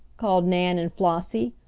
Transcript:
called nan and flossie,